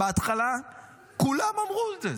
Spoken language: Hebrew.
בהתחלה כולם אמרו את זה.